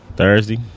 Thursday